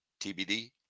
TBD